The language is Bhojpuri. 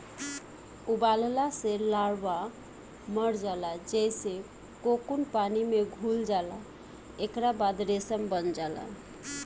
उबालला से लार्वा मर जाला जेइसे कोकून पानी में घुल जाला एकरा बाद रेशम बन जाला